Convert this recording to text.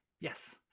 yes